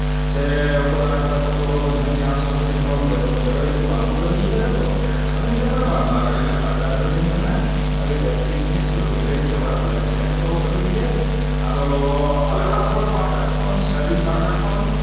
ᱥᱮ auto driver ᱠᱚᱫᱚ ᱡᱟᱦᱟᱸ ᱪᱮᱜ ᱟᱢ ᱥᱟᱶ ᱛᱮ ᱥᱮᱨᱚᱠᱚᱢ ᱵᱮᱵᱟᱹᱲᱤᱡ ᱠᱚ ᱵᱟᱝ ᱠᱚ ᱠᱟᱹᱢᱤ ᱠᱟᱫᱟ ᱛᱚ ᱟᱫᱚᱧ ᱢᱮᱛᱟ ᱠᱚ ᱠᱟᱱᱟ ᱵᱟᱝ ᱵᱟᱝ ᱟᱹᱰᱤ ᱱᱟᱯᱟᱭ ᱰᱨᱟᱭᱵᱷᱟᱨ ᱮ ᱛᱟᱦᱮᱸ ᱠᱟᱱᱟ ᱟᱹᱰᱤ ᱵᱮᱥᱴᱷᱤᱠ ᱥᱟᱺᱦᱤᱡ ᱥᱩᱞᱩᱠ ᱱᱤᱨᱟᱹᱭ ᱛᱮ ᱚᱲᱟᱜ ᱡᱚᱞᱟᱭ ᱥᱮᱴᱮᱨ ᱦᱚᱴᱚ ᱠᱟᱹᱫᱤᱧ ᱛᱮ ᱟᱫᱚ ᱟᱞᱮ ᱚᱲᱟᱜ ᱦᱚᱲ ᱯᱟᱦᱚᱴᱟ ᱠᱷᱚᱱ ᱥᱮ ᱟᱹᱞᱤᱧ ᱯᱟᱦᱚᱴᱟ ᱠᱷᱚᱱ